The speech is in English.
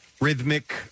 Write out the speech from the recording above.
rhythmic